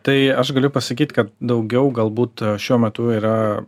tai aš galiu pasakyt kad daugiau galbūt šiuo metu yra